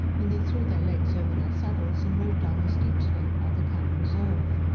when they threw their legs over their saddles and rode down the steep slope by the camp reserve.